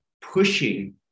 pushing